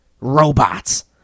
robots